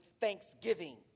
thanksgiving